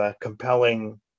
compelling